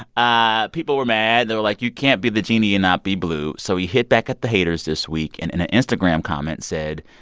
ah people were mad, and they were like you can't be the genie and not be blue. so he hit back at the haters this week and in an instagram comment said,